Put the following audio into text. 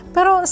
Pero